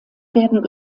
werden